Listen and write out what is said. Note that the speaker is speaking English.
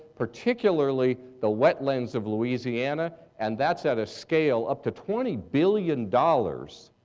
particularly the wetlands of louisiana, and that's at a scale up to twenty billion dollars.